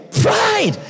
Pride